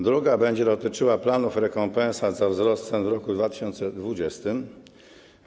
Druga będzie dotyczyła planów rekompensat za wzrost cen w 2020 r.